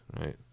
right